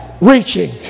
Reaching